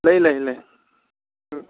ꯂꯩ ꯂꯩ ꯂꯩ ꯎꯝ